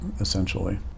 essentially